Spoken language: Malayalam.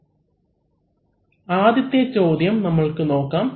അവലംബിക്കുന്ന സ്ലൈഡ് സമയം 1656 ആദ്യത്തെ ചോദ്യം നമ്മൾക്ക് നോക്കാം